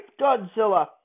Godzilla